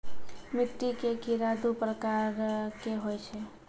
मिट्टी के कीड़ा दू प्रकार के होय छै